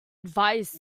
advise